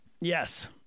Yes